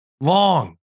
long